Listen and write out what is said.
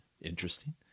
Interesting